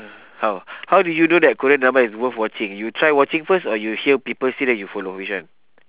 how how do you know that korean drama is worth watching you try watching first or you hear people say then you follow which one